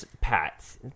pat